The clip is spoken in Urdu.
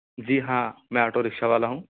جی ہاں میں آٹو رکشہ والا ہوں